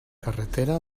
carretera